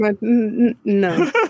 No